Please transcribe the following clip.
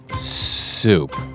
Soup